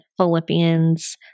Philippians